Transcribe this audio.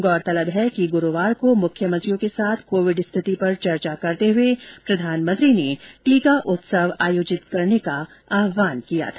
गौरतलब है कि गुरूवार को मुख्यमंत्रियों के साथ कोविड स्थिति पर चर्चा करते हुए प्रधानमंत्री ने टीका उत्सव आयोजित करने का आहवान किया था